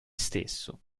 stesso